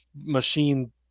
machine